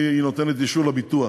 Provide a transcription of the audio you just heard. היא נותנת אישור לביטוח,